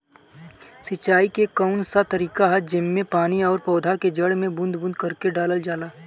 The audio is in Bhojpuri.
सिंचाई क कउन सा तरीका ह जेम्मे पानी और पौधा क जड़ में बूंद बूंद करके डालल जाला?